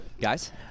Guys